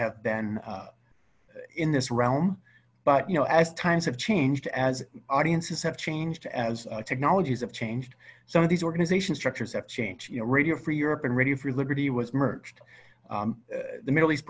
have been in this realm but you know as times have changed as audiences have changed as technology is of changed some of these organizations structures have changed you know radio free europe and ready for liberty was merged the middle east